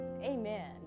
amen